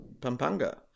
Pampanga